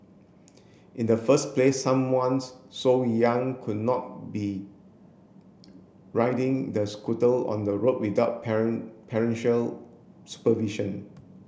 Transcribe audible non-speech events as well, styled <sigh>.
in the first place someone's so young could not be riding the <unintelligible> on the road without <unintelligible> supervision